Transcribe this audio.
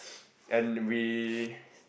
and we